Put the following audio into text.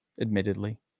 admittedly